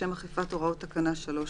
לשם אכיפת הוראות תקנה 3א,